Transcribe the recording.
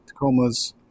Tacomas